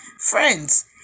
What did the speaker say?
Friends